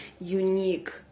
unique